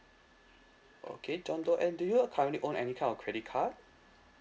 okay john doe and do you currently own any kind of credit card